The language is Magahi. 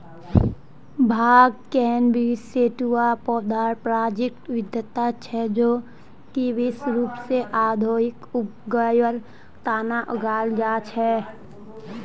भांग कैनबिस सैटिवा पौधार प्रजातिक विविधता छे जो कि विशेष रूप स औद्योगिक उपयोगेर तना उगाल जा छे